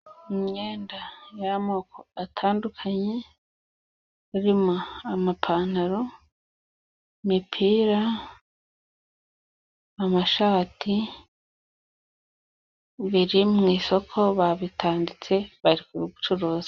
Imyenda y'amoko atandukanye, irimo; amapantaro, imipira, amashati, biri mu isoko babitanditse, bari kubicuruza.